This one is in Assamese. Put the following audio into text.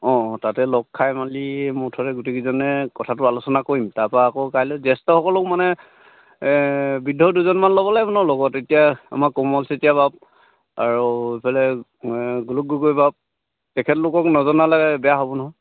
অঁ তাতে লগ খাই মালি মুঠতে গোটেইকেইজনে কথাটো আলোচনা কৰিম তাৰপৰা আকৌ কাইলৈ জ্যেষ্ঠসকলক মানে বৃদ্ধ দুজনমান ল'ব লাগিব নহ্ লগত এতিয়া আমাৰ কোমল চেতিয়া বাপ আৰু এইফালে গোলোক গগৈ বাপ তেখেতলোকক নজনালে বেয়া হ'ব নহয়